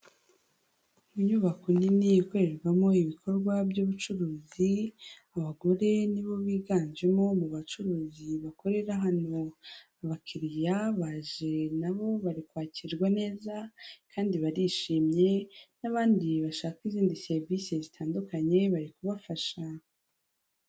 Inyubako nini ikorerwamo ibikorwa by'ubucuruzi, abagore ni bo biganjemo mu bacuruzi bakorera hano, abakiriya baje na bo bari kwakirwa neza kandi barishimye n'abandi bashaka izindi serivise zitandukanye bari kubafasha.